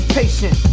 patient